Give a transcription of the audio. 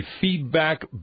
feedback